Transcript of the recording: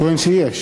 הוא טוען שיש.